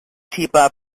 tipa